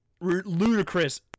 ludicrous